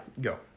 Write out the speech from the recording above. go